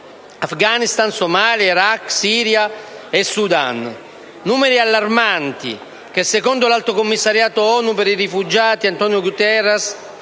Afghanistan, Somalia, Iraq, Siria e Sudan. Sono numeri allarmanti che, secondo l'Alto Commissario delle Nazioni Unite per i rifugiati, Antonio Guterres,